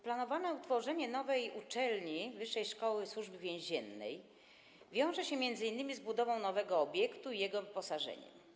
Planowane utworzenie nowej uczelni, wyższej szkoły Służby Więziennej, wiąże się m.in. z budową nowego obiektu i jego wyposażeniem.